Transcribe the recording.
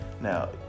Now